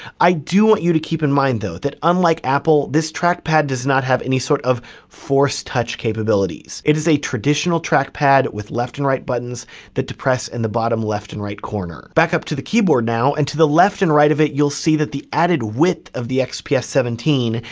i do want you to keep in mind though, that unlike apple this track pad does not have any sort of forced touch capabilities. it is a traditional track pad with left and right buttons that depress and the bottom left and right corner. back up to the keyboard now, and to the left and right of it, you'll see that the added width of the xps seventeen,